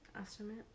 Estimate